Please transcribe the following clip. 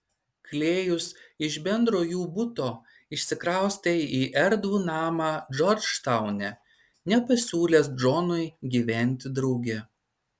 klėjus iš bendro jų buto išsikraustė į erdvų namą džordžtaune nepasiūlęs džonui gyventi drauge